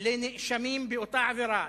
לנאשמים באותה עבירה,